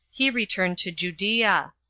he returned to judea.